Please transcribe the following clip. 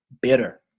bitter